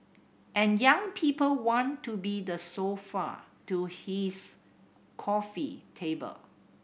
and young people want to be the sofa to his coffee table